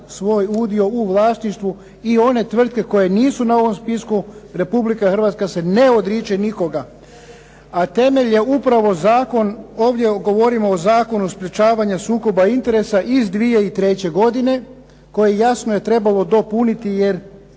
svoj udio u vlasništvu i one tvrtke koje nisu na ovom spisku Republika Hrvatska se ne odriče nikoga, a temelj je upravo zakon ovdje govorimo o Zakonu sprečavanja sukoba interesa iz 2003. godine koji jasno je trebalo dopuniti jer